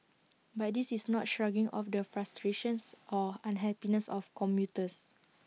but this is not shrugging off the frustrations or unhappiness of commuters